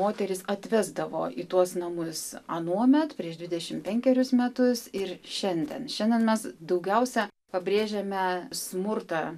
moteris atvesdavo į tuos namus anuomet prieš dvidešim penkerius metus ir šiandien šiandien mes daugiausia pabrėžiame smurtą